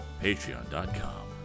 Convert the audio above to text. patreon.com